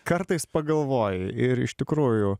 kartais pagalvoji ir iš tikrųjų